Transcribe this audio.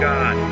God